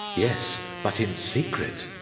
yes, but in secret.